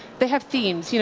they have scenes.